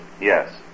Yes